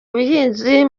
buhinzi